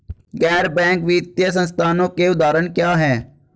गैर बैंक वित्तीय संस्थानों के उदाहरण क्या हैं?